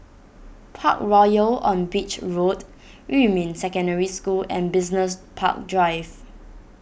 Parkroyal on Beach Road Yumin Secondary School and Business Park Drive